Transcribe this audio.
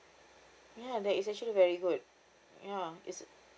ya that is actually very good ya it's